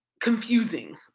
confusing